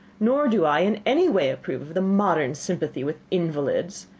nor do i in any way approve of the modern sympathy with invalids.